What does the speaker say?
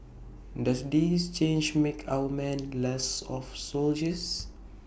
does this change make our men less of soldiers